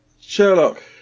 Sherlock